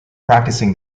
practicing